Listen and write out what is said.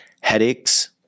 headaches